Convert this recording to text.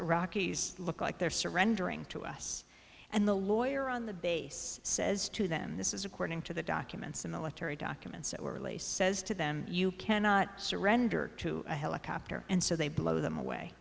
iraqis look like they're surrendering to us and the lawyer on the base says to them this is according to the documents the military documents that were released says to them you cannot surrender to a helicopter and so they blow them away